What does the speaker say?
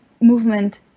movement